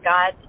God